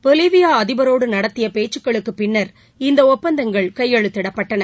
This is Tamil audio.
பொலிவியா அதிபரோடு நடத்திய பேச்சுக்களுக்கு பின்னர் இந்த ஒப்பந்தங்கள் கையெழுத்திடப்பட்டன